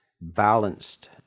Balanced